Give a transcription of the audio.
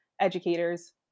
educators